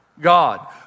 God